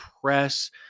press